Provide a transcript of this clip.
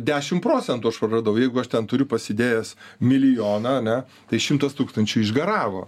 dešim procentų aš praradau jeigu aš ten turiu pasidėjęs milijoną ane tai šimtas tūkstančių išgaravo